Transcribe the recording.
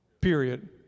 Period